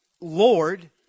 Lord